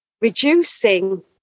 reducing